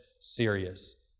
serious